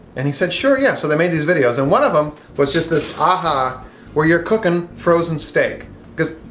and he said, sure, yes. so, they made these videos, and one of em was just this aha where you're cooking frozen steak cause,